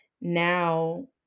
now